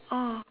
oh